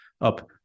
up